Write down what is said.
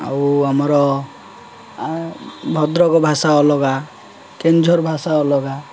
ଆଉ ଆମର ଭଦ୍ରକ ଭାଷା ଅଲଗା କେନ୍ଦୁଝର ଭାଷା ଅଲଗା